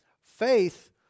Faith